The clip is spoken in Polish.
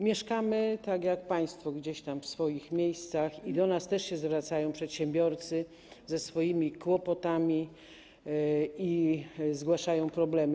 Mieszkamy tak jak państwo gdzieś tam w swoich miejscach i do nas też się zwracają przedsiębiorcy ze swoimi kłopotami i zgłaszają problemy.